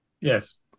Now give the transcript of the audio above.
Yes